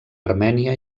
armènia